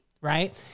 Right